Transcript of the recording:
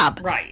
Right